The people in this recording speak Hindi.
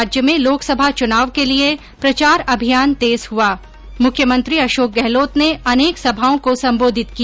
राज्य मे लोकसभा चुनाव के लिये प्रचार अभियान तेज हुआ मुख्यमंत्री अशोक गहलोत ने अनेक सभाओं को संबोधित किया